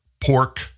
pork